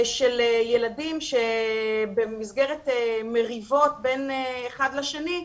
של ילדים שבמסגרת מריבות בין אחד לשני,